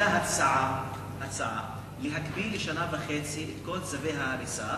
היתה הצעה להקפיא לשנה וחצי את כל צווי ההריסה